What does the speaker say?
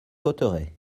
cotterêts